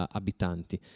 abitanti